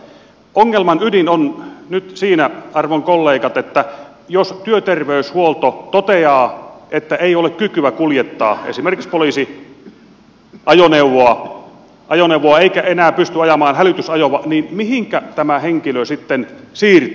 ongelman ydin on nyt siinä arvon kollegat että jos työterveyshuolto toteaa että ei ole kykyä kuljettaa esimerkiksi poliisiajoneuvoa eikä enää pysty ajamaan hälytysajoa niin mihinkä tämä henkilö sitten siirtyy